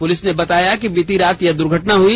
police ने बेताया कि बीती रात यह दुर्घटना हुई